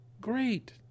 Great